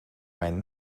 mijn